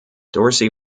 dorsey